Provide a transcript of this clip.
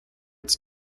its